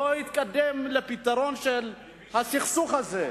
לא התקדם לפתרון של הסכסוך הזה.